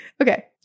Okay